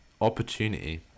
Opportunity